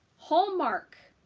hallmark!